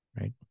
right